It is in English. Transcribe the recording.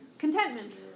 Contentment